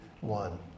one